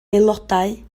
aelodau